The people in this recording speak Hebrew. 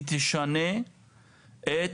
היא תשנה את